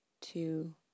two